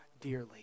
dearly